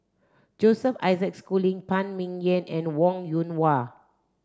Joseph Isaac Schooling Phan Ming Yen and Wong Yoon Wah